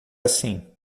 assim